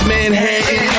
Manhattan